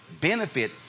benefit